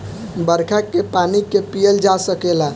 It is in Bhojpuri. बरखा के पानी के पिअल जा सकेला